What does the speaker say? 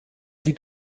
lied